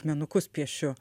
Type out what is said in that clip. kmenukus piešiu